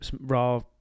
Raw